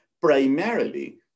primarily